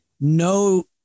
no